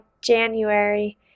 January